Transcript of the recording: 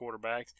quarterbacks